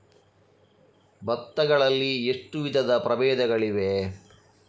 ಭತ್ತ ಗಳಲ್ಲಿ ಎಷ್ಟು ವಿಧದ ಪ್ರಬೇಧಗಳಿವೆ?